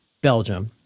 belgium